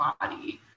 body